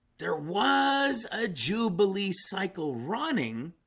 there was a jubilee cycle running